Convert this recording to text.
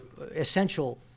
essential